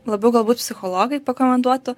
labiau galbūt psichologai pakomentuotų